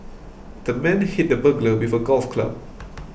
the man hit the burglar with a golf club